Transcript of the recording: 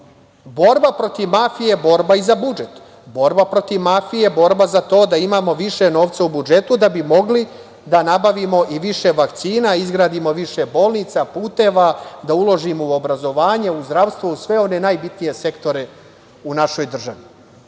protiv mafije je borba i za budžet. Borba protiv mafije je za to da imamo više novca u budžetu da bi mogli da nabavimo i više vakcina, izgradimo i više bolnica, puteva, da uložimo u obrazovanje, u zdravstvo u sve one najbitnije sektore u našoj državi. Dakle,